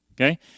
okay